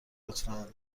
لطفا